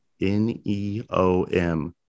N-E-O-M